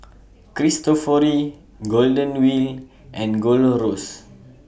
Cristofori Golden Wheel and Golor Roast